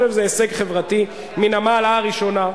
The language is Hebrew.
וזה הישג חברתי מהמעלה הראשונה.